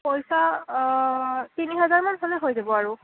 পইচা তিনি হেজাৰমান হ'লে হৈ যাব আৰু